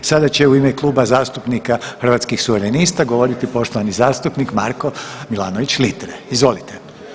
Sada će u ime Kluba zastupnika Hrvatskih suverenista govoriti poštovani zastupnik Marko Milanović Litre, izvolite.